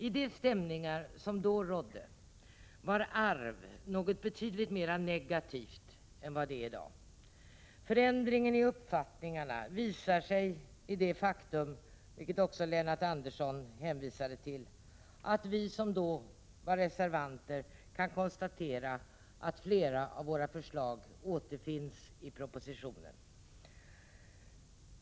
I de stämningar som då rådde var arv något betydligt mera negativt än vad det är i dag. Förändringen i uppfattningarna visar sig i det faktum, vilket också Lennart Andersson hänvisade till, att vi som då var reservanter kan konstatera att flera av våra förslag återfinns i propositionen.